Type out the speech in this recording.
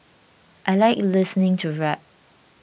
I like listening to rap